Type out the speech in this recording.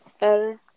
better